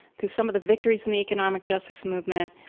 to some of the victories in the economic justice movement,